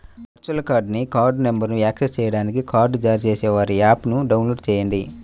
virtual కార్డ్ని card నంబర్ను access చేయడానికి కార్డ్ జారీ చేసేవారి యాప్ని డౌన్లోడ్ చేయండి